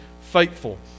faithful